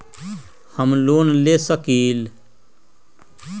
हम लोन ले सकील?